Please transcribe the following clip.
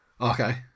Okay